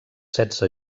setze